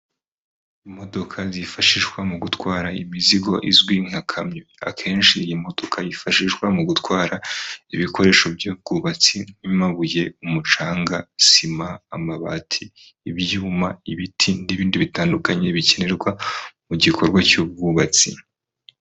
Imodoka zifashishwa mu gutwara imizigo izwi nka kamyo, akenshi iyi modoka yifashishwa mu gutwara ibikoresho by'ubwubatsi nk'amabuye, umucanga, sima, amabati, ibyuma, ibiti, n'ibindi bitandukanye bikenerwa mu gikorwa cy'ubwubatsi.